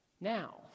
now